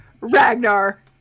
Ragnar